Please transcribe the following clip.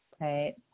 Right